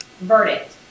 verdict